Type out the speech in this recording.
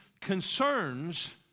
concerns